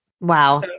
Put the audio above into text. Wow